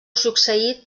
succeït